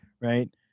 right